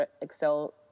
Excel